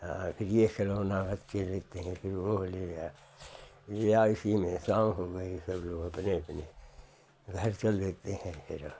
हाँ हाँ फिर ये खिलौना अच्छे लगते हैं फिर वो ले गया या इसी में शाम हो गई सब लोग अपने अपने घर चल देते हैं फिर